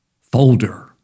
folder